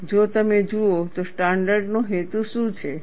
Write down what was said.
અને જો તમે જુઓ તો સ્ટાન્ડર્ડ નો હેતુ શું છે